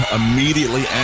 immediately